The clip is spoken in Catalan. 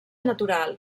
natural